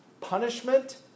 punishment